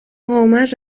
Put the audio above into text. hommage